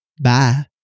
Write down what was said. Bye